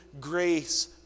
grace